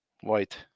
White